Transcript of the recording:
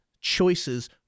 choices